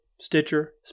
Stitcher